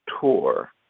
Tour